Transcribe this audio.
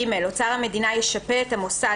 (ג)אוצר המדינה ישפה את המוסד,